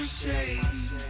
shades